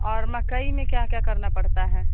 और मकई में क्या क्या करना पड़ता है